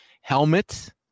helmet